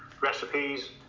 recipes